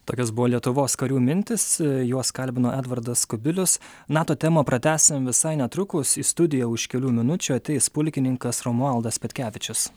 tokios buvo lietuvos karių mintys juos kalbino edvardas kubilius nato temą pratęsim visai netrukus į studiją už kelių minučių ateis pulkininkas romualdas petkevičius